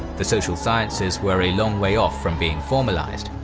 the social sciences were a long way off from being formalized.